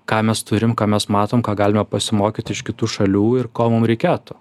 ką mes turim ką mes matom ką galime pasimokyti iš kitų šalių ir ko mum reikėtų